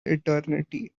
eternity